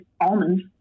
almonds